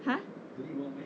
!huh!